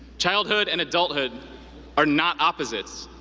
childhood and adulthood are not opposites.